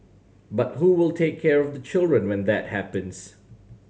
but who will take care of the children when that happens